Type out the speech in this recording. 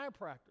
chiropractor